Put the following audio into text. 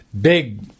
big